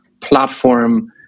platform